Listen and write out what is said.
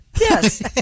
yes